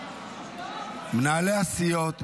מנהלי הסיעות,